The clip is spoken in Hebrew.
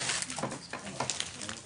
תזונה